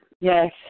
Yes